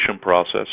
process